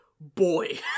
boy